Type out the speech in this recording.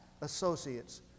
associates